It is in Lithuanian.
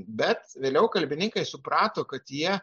bet vėliau kalbininkai suprato kad jie